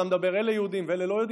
אתה אומר: אלה יהודים ואלה לא יהודים,